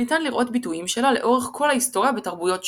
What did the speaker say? וניתן לראות ביטויים שלה לאורך כל ההיסטוריה בתרבויות שונות,